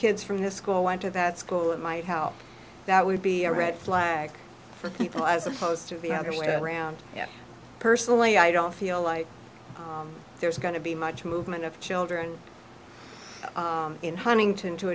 kids from the school went to that school at my house that would be a red flag for people as opposed to the other way around yes personally i don't feel like there's going to be much movement of children in huntington to